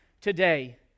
today